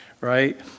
right